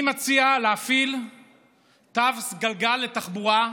אני מציע להפעיל תו סגלגל לתחבורה,